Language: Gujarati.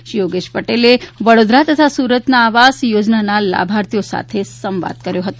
શ્રી યોગેશ પટેલે વડોદરા તથા સુરતના આવાસ યોજનાના લાભાર્થીઓ સાથે સંવાદ કર્યો હતો